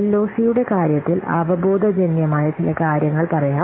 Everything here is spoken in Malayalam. എൽഒസിയുടെ കാര്യത്തിൽ അവബോധജന്യമായ ചില കാര്യങ്ങൾ പറയാം